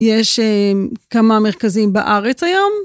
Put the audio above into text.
יש כמה מרכזים בארץ היום.